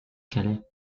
calais